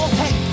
hey